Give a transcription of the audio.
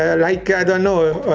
ah like, i don't know if